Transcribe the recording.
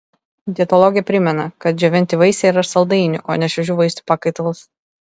dietologė primena kad džiovinti vaisiai yra saldainių o ne šviežių vaisių pakaitalas